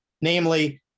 namely